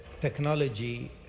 technology